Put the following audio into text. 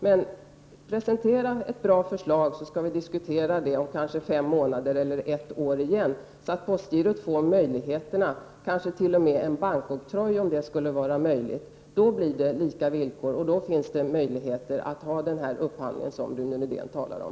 Men presentera gärna ett bra förslag som vi får diskutera om fem månader eller ett år. Kanske får postgirot de möjligheter som efterfrågas, kanske t.o.m. en bankoktroj om det skulle vara möjligt. Då blir det lika villkor, och då finns det möjligheter till den upphandling som Rune Rydén talar om.